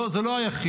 זה לא היחיד.